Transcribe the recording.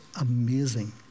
amazing